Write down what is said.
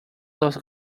los